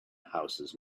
houses